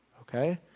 Okay